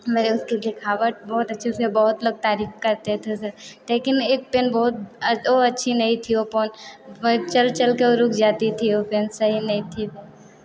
मेरे उसकी लिखावट बहुत अच्छे से बहुत लोग तारीफ करते थे उसे लेकिन एक पेन बहुत वह अच्छी नहीं थी वह पोन चल चल कर वह रुक जाती थी वह पेन सही नहीं थी वह